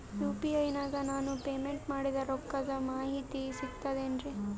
UPI ನಾಗ ನಾನು payment ಮಾಡಿದ ರೊಕ್ಕದ ಮಾಹಿತಿ ಸಿಕ್ತಾತೇನ್ರೀ?